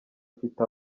ufite